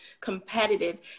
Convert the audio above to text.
competitive